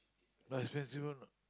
not expensive one or not